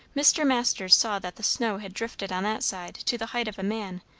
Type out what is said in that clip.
mr. masters saw that the snow had drifted on that side to the height of a man,